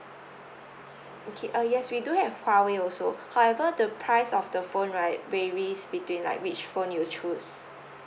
okay uh yes we do have huawei also however the price of the phone right varies between like which phone you choose